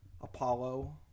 Apollo